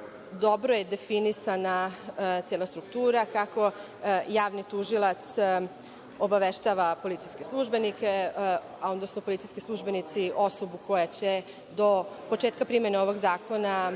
njega. Dobro je definisana cela struktura kako javni tužilac obaveštava policijske službenike, a onda policijski službenici osobu koja će do početka primene ovog zakona